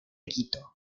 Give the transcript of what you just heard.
quito